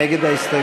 מי נגד?